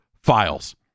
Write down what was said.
files